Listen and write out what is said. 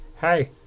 Hey